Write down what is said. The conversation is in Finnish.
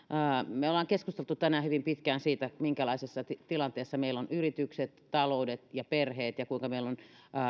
olemme keskustelleet tänään hyvin pitkään siitä minkälaisessa tilanteessa meillä ovat yritykset taloudet ja perheet ja kuinka meillä on